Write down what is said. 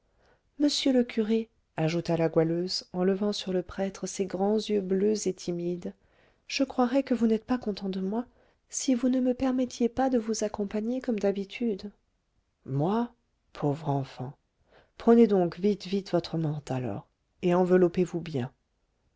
monsieur le curé ajouta la goualeuse en levant sur le prêtre ses grands yeux bleus et timides je croirais que vous n'êtes pas content de moi si vous ne me permettiez pas de vous accompagner comme d'habitude moi pauvre enfant prenez donc vite vite votre mante alors et enveloppez vous bien